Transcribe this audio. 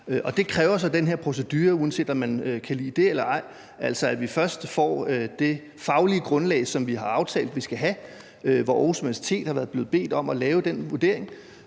det kræver så den her procedure, uanset om man kan lide det eller ej, altså at vi først får det faglige grundlag, som vi har aftalt vi skal have, hvor Aarhus Universitet er blevet bedt om at lave den vurdering.